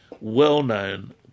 well-known